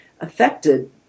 affected